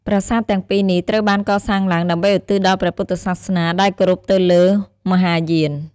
ប្រាសាទទាំងពីរនេះត្រូវបានកសាងឡើង ដើម្បីឧទ្ទិសដល់ព្រះពុទ្ធសាសនា ដែលគៅរពទៅលើ មហាយាន។